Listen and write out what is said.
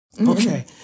Okay